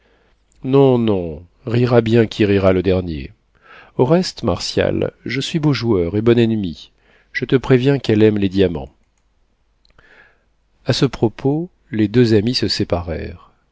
non non rira bien qui rira le dernier au reste martial je suis beau joueur et bon ennemi je te préviens qu'elle aime les diamants a ce propos les deux amis se